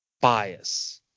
bias